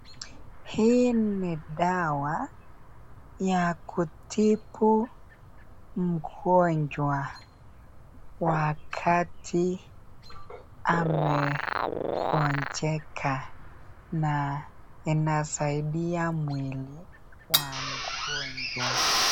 Hii ni dawa ya kutibu mgonjwa wakati amegonjeka na inasaidia mwili wa mgonjwa.